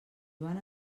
joan